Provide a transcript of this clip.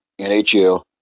NHL